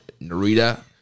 Narita